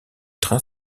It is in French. train